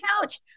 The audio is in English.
couch